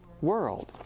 world